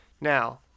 Now